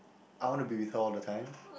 I want to be with her all the time